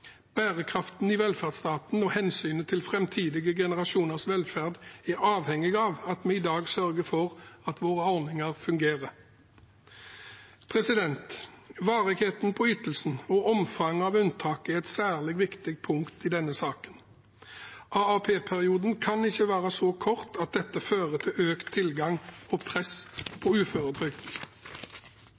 Bærekraften i velferdsstaten og hensynet til framtidige generasjoners velferd er avhengig av at vi i dag sørger for at våre ordninger fungerer. Varigheten på ytelsen og omfanget av unntaket er et særlig viktig punkt i denne saken. AAP-perioden kan ikke være så kort at dette fører til økt tilgang og press på uføretrygd,